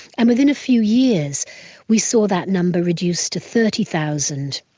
and within a few years we saw that number reduced to thirty thousand,